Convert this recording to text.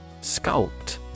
Sculpt